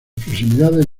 proximidades